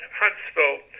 huntsville